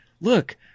look